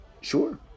Sure